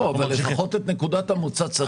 לא, אבל לפחות את נקודת המוצא.